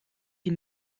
sie